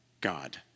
God